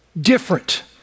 Different